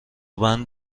بند